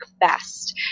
best